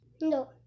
No